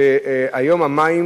שהיום המים